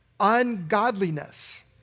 ungodliness